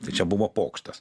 tai čia buvo pokštas